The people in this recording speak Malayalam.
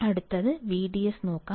അടുത്തത് VDS നോക്കാം